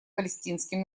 палестинским